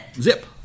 Zip